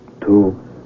Two